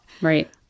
right